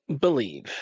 believe